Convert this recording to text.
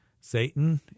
Satan